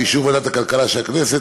באישור ועדת הכלכלה של הכנסת,